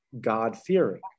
God-fearing